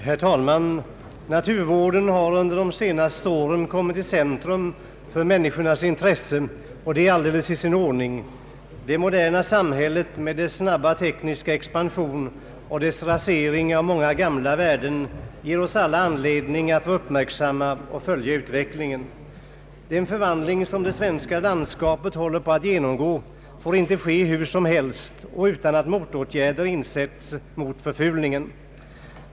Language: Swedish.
Herr talman! Naturvården har under de senaste åren kommit i centrum för människornas intresse, och detta är alldeles i sin ordning. Det moderna samhället med dess snabba tekniska expansion och dess rasering av många gamla värden ger oss alla anledning att uppmärksamma och följa utvecklingen. Den förvandling som det svenska landskapet håller på att genomgå får inte ske hur som helst och utan att motåtgärder insätts mot förfulningen.